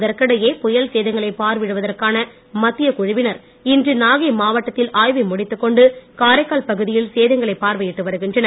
இதற்கிடையே புயல் சேதங்களை பார்வையிடுவதற்கான மத்தியக் குழுவினர் இன்று நாகை மாவட்டத்தில் ஆய்வை முடித்துக்கொண்டு காரைக்கால் பகுதியில் சேதங்களை பார்வையிட்டு வருகின்றனர்